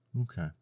Okay